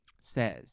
says